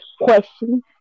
questions